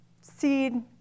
seed